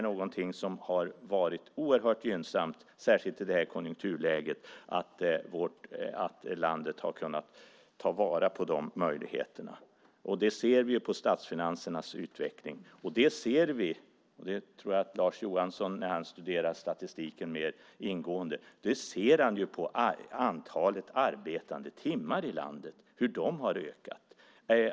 Något som har varit oerhört gynnsamt, särskilt i det här konjunkturläget, är att landet har kunnat ta vara på de möjligheterna. Det ser vi på statsfinansernas utveckling. Och jag tror att Lars Johansson när han studerar statistiken mer ingående ser hur antalet arbetade timmar i landet har ökat.